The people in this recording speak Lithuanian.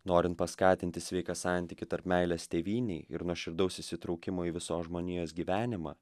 norint paskatinti sveiką santykį tarp meilės tėvynei ir nuoširdaus įsitraukimo į visos žmonijos gyvenimą